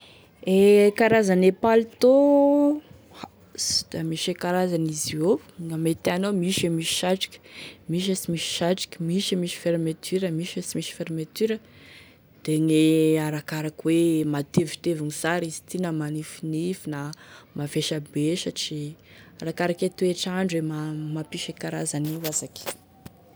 E karazane palitô, da tsy da misy karazany izy io, ame tianao, misy e misy satroky, misy e sy misy satroky, misy e misy fermeture misy e sy misy e fermeture, da gne arakaraky hoe matevitevigny sara izy ty, na manifinify da mavesabesatry, arakaraky e toetrandro e mampisy e karazany io azaky.